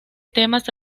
temas